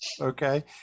Okay